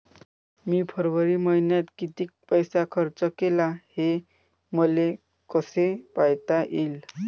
मी फरवरी मईन्यात कितीक पैसा खर्च केला, हे मले कसे पायता येईल?